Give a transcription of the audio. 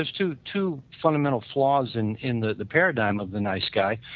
there's two two fundamental flaws in in the the paradigm of the nice guy.